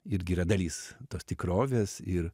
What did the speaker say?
irgi yra dalis tos tikrovės ir